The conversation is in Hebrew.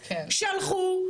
שלחו,